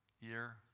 year